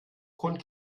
grund